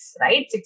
right